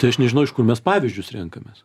tai aš nežinau iš kur mes pavyzdžius renkamės